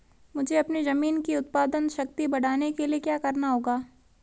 मुझे अपनी ज़मीन की उत्पादन शक्ति बढ़ाने के लिए क्या करना होगा?